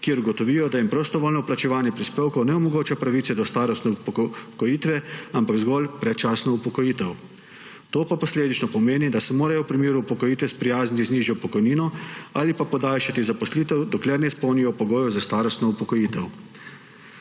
kjer ugotovijo, da jim prostovoljno plačevanje prispevkov ne omogoča pravice do starostne upokojitve, ampak zgolj predčasno upokojitev. To pa posledično pomeni, da se morajo v primeru upokojitve sprijazniti z nižjo pokojnino ali pa podaljšati zaposlitev, dokler ne izpolnijo pogojev za starostno upokojitev.